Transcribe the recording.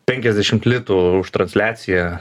penkiasdešimt litų už transliaciją